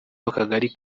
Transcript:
w’akagari